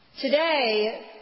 Today